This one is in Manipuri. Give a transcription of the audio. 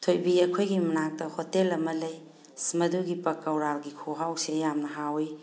ꯊꯣꯏꯕꯤ ꯑꯩꯈꯣꯏꯒꯤ ꯃꯅꯥꯛꯇ ꯍꯣꯇꯦꯜ ꯑꯃ ꯂꯩ ꯃꯗꯨꯒꯤ ꯄꯥꯀꯧꯔꯥꯒꯤ ꯈꯨꯍꯥꯎꯁꯦ ꯌꯥꯝꯅ ꯍꯥꯎꯋꯤ